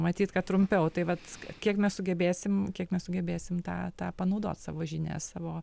matyt kad trumpiau tai vat kiek mes sugebėsim kiek mes sugebėsim tą tą panaudot savo žinias savo